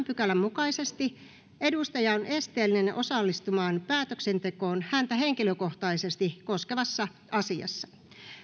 pykälän mukaisesti edustaja on esteellinen osallistumaan päätöksentekoon häntä henkilökohtaisesti koskevassa asiassa